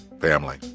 family